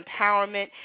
empowerment